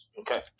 Okay